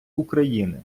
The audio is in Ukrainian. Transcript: україни